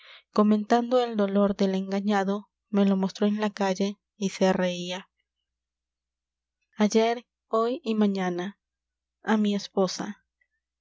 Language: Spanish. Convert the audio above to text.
comentando el dolor del engañado me lo mostró en la calle y se reia ayer hoy y mañana a mi esposa